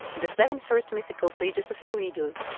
the seven first mythical sages of eridu,